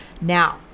now